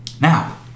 Now